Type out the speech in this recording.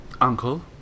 Uncle